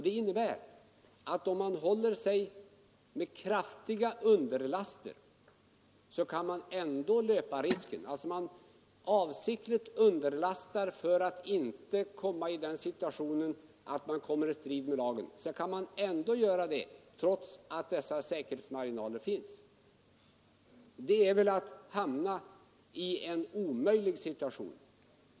Det innebär att även om man avsiktligt underlastar för att inte komma i strid med lagen, kan man löpa risk att göra det trots de säkerhetsmarginaler man tillämpar. Det är väl att hamna i en omöjlig situation.